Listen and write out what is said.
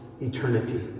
eternity